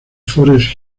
forest